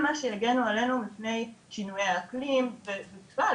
הם אלו שיגנו עלינו מפני שינויי האקלים ובכלל,